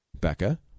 Becca